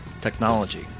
technology